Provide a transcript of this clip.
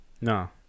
No